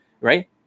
right